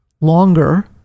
longer